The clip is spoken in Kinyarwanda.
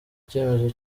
icyemezo